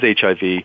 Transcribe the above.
HIV